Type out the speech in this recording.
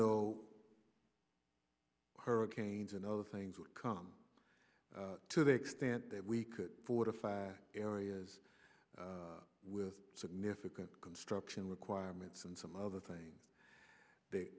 though hurricanes and other things would come to the extent that we could fortify areas with significant construction requirements and some other things t